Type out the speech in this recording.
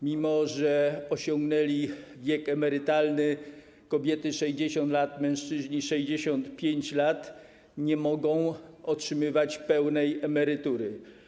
Mimo że osiągnęli wiek emerytalny, kobiety - 60 lat, mężczyźni - 65 lat, nie mogą otrzymywać pełnej emerytury.